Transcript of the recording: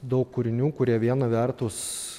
daug kūrinių kurie viena vertus